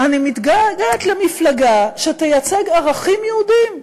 אני מתגעגעת למפלגה שתייצג ערכים יהודיים.